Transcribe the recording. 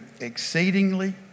exceedingly